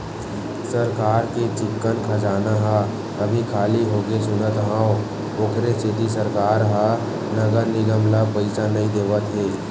सरकार के चिक्कन खजाना ह अभी खाली होगे सुनत हँव, ओखरे सेती सरकार ह नगर निगम ल पइसा नइ देवत हे